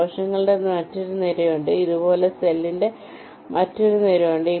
കോശങ്ങളുടെ മറ്റൊരു നിരയുണ്ട് ഇതുപോലൊരു സെല്ലിന്റെ മറ്റൊരു നിരയുണ്ട്